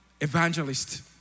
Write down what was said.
evangelist